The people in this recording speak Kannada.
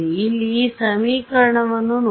ಇಲ್ಲಿ ಈ ಸಮೀಕರಣವನ್ನು ನೋಡಿ